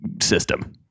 system